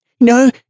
No